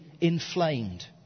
inflamed